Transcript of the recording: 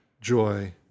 Joy